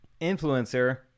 Influencer